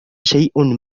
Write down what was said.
شيء